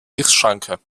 lichtschranke